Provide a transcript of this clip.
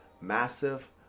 massive